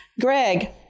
Greg